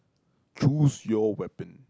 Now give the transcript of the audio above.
choose your weapon